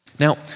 Now